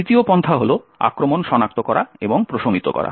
তৃতীয় পন্থা হল আক্রমণ সনাক্ত করা এবং প্রশমিত করা